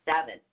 seven